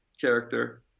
character